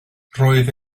roedd